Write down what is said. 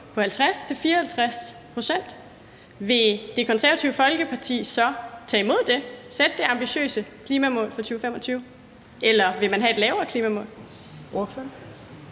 på 50-54 pct., vil Det Konservative Folkeparti så tage imod det, altså sætte det ambitiøse klimamål for 2025? Eller vil man have et lavere klimamål?